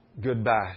goodbye